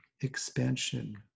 expansion